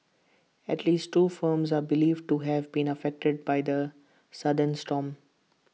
at least two farms are believed to have been affected by the sudden storm